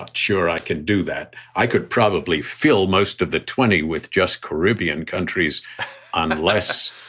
ah sure, i can do that. i could probably feel most of the twenty with just caribbean countries on less